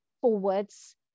forwards